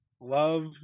love